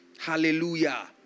Hallelujah